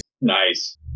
Nice